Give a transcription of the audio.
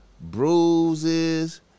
bruises